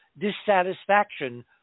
dissatisfaction